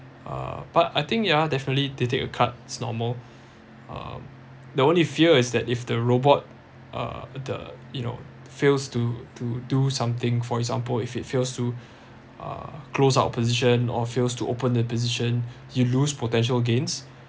uh but I think ya definitely they take a cut is normal um the only fear is that if the robot uh the you know fails to to do something for example if it fails to uh close out position or fails to open the position you lose potential gains